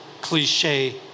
cliche